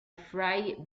fry